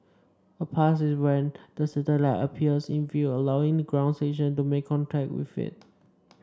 a pass is when the satellite appears in view allowing the ground station to make contact with it